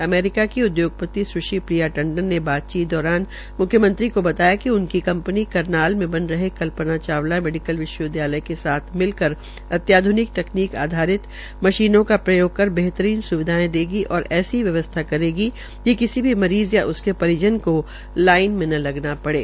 America के उद्योगपति स्श्री प्रियाटंडन ने बातचीत दौरान मुख्यमंत्री को बताया कि उनकी कंपनी करनाल में बने रहे कल्पना चावला मेडिकल विश्वविदयालय के साथ मिलकर अत्याध्निक तकनीक आधारित मशीनों का प्रयोग बेहतरीन स्विधायें देगी और ऐसी व्यवस्था करेगी कि किसी भी मरीज़ या उसके परिजन को लाइन मे न लगना पड़े